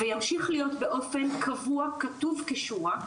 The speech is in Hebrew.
וימשיך להיות באופן קבוע כתוב כשורה,